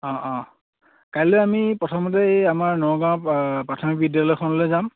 অঁ অঁ কাইলে আমি প্ৰথমতে এই আমাৰ নগাঁও প্ৰাথমিক বিদ্যালয়খনলে যাম